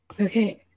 Okay